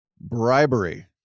bribery